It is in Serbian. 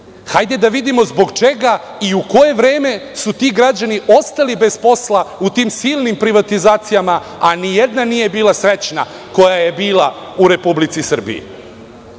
Hajde da vidimo zbog čega, i u koje vreme su ti građani ostali bez posla u tim silnim privatizacijama, a nijedna nije bila srećna, koja je bila u Republici Srbiji.